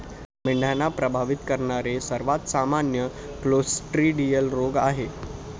मेंढ्यांना प्रभावित करणारे सर्वात सामान्य क्लोस्ट्रिडियल रोग आहेत